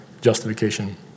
justification